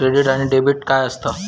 Credit आणि debit काय असता?